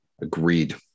Agreed